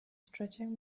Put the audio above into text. stretching